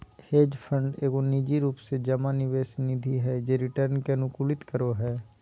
hedge fund एगो निजी रूप से जमा निवेश निधि हय जे रिटर्न के अनुकूलित करो हय